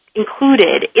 included